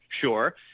sure